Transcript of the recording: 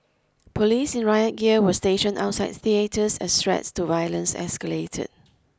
police in riot gear were stationed outside theatres as threats to violence escalated